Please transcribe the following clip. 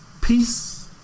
Peace